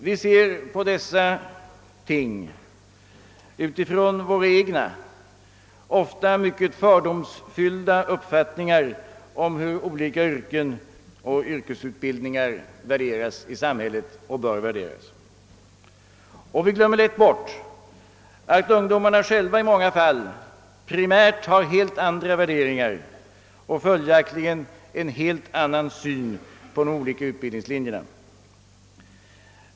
Vi ser på dessa ting utifrån våra egna ofta mycket fördomsfulla uppfattningar om hur olika yrken och yrkesutbildningar i samhället värderas och bör värderas. Vi glömmer lätt bort att ungdomarna själva i många fall primärt har helt andra värderingar och följaktligen en helt annan syn på de olika utbildningslinjerna.